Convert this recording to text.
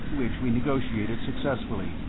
which we negotiated successfully,